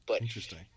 Interesting